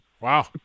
Wow